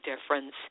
difference